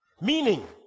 Meaning